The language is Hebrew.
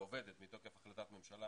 ועובדת מתוקף החלטת ממשלה